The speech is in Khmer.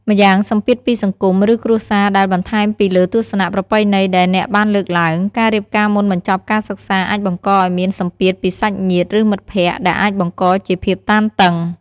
ម្យ៉ាងសម្ពាធពីសង្គម ឬ គ្រួសារដែល បន្ថែមពីលើទស្សនៈប្រពៃណីដែលអ្នកបានលើកឡើង ការរៀបការមុនបញ្ចប់ការសិក្សាអាចបង្កឱ្យមានសម្ពាធពីសាច់ញាតិ ឬមិត្តភក្តិ ដែលអាចបង្កជាភាពតានតឹង។